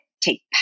take